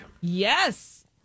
Yes